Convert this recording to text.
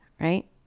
right